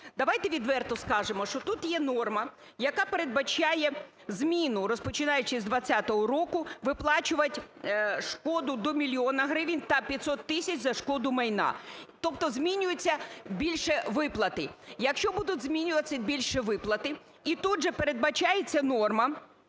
Давайте відверто скажемо, що тут є норма, яка передбачає зміну, розпочинаючи з 20-го року, виплачувати шкоду до мільйона гривень та 500 тисяч за шкоду майна, тобто змінюється більше виплати. Якщо будуть змінюватися більше виплати, і тут же передбачається норма,